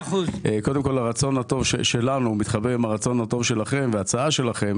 קודם כל הרצון הטוב שלנו הוא מתחבר עם הרצון הטוב שלכם והצעה שלכם